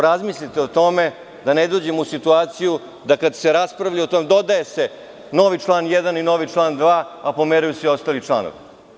Razmislite o tome, da ne dođemo u situaciju, da kada se raspravlja o tome, dodaje se novi član 1. i novi član 2, a pomeraju se ostali članovi.